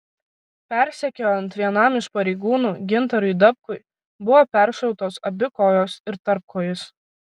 persekiojant vienam iš pareigūnų gintarui dabkui buvo peršautos abi kojos ir tarpkojis